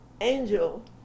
angel